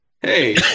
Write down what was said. hey